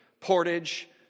portage